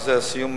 ובזה אסיים,